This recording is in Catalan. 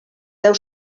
deu